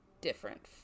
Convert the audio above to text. different